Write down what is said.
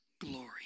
glory